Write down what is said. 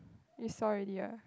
you saw already ah